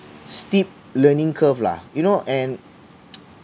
steep learning curve lah you know and